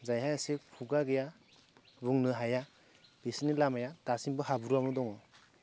जायहा एसे खुगा गैया बुंनो हाया बिसोरनि लामाया दासिमबो हाब्रुआवनो दङ